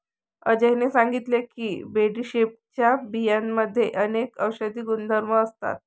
अजयने सांगितले की बडीशेपच्या बियांमध्ये अनेक औषधी गुणधर्म असतात